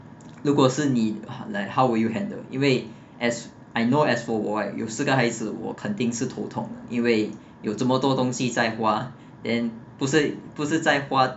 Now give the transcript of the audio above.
如果是你 like how would you handle 因为 as I know as for 我有四个孩子我肯定是头痛的因为有这么多东西在花 then 不是不是在花